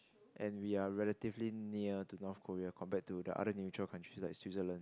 and we are relatively near to North-Korea compared to the other neutral countries like Switzerland